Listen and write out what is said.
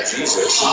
Jesus